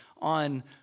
on